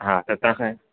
त तव्हांखे